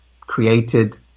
created